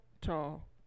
tall